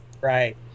right